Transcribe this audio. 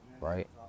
right